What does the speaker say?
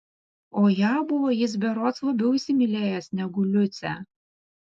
o ją buvo jis berods labiau įsimylėjęs negu liucę